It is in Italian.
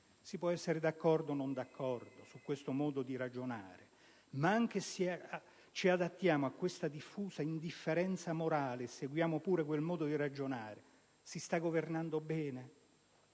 Si può essere d'accordo o no su questo modo di ragionare, ma anche se ci adattiamo a questa diffusa indifferenza morale e seguiamo pure quel modo di ragionare, si sta governando bene?